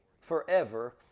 forever